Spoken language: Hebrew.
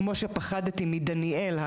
כמו שפחדתי מדניאל,